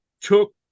took